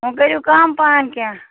وۅنۍ کٔرِو کَم پَہم کیٚنٛہہ